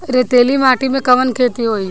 रेतीली माटी में कवन खेती होई?